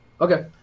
Okay